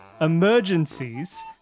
Emergencies